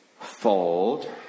Fold